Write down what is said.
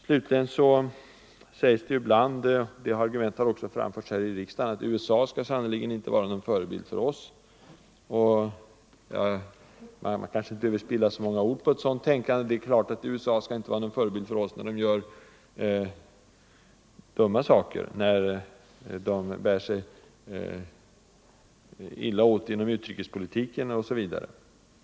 Slutligen sägs det ibland — det argumentet har också framförts i riksdagen — att USA skall sannerligen inte vara någon förebild för oss. Jag kanske inte behöver spilla så många ord på ett sådant tänkande. Det är klart att USA skall inte vara någon förebild för oss när man där gör misstag, när man bär sig illa åt inom utrikespolitiken osv.